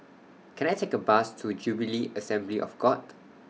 Can I Take A Bus to Jubilee Assembly of God